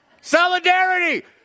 Solidarity